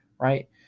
right